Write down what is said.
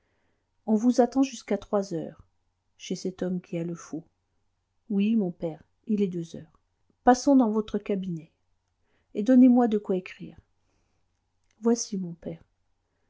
on vous attend jusqu'à trois heures chez cet homme qui a le faux oui mon père il est deux heures passons dans votre cabinet donnez-moi de quoi écrire voici mon père